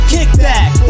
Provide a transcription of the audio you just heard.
Kickback